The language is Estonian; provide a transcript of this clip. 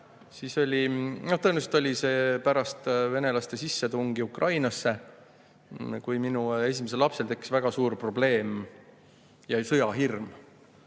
kui täna. Tõenäoliselt oli see pärast venelaste sissetungi Ukrainasse, kui minu esimesel lapsel tekkis väga suur probleem, tekkis sõjahirm